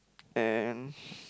and